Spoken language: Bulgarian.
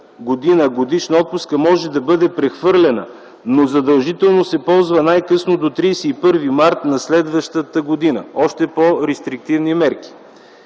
година годишна отпуска може да бъде прехвърлена, но задължително се ползва най-късно до 31 март на следващата година - още по-рестриктивни мерки.